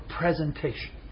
presentation